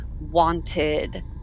wanted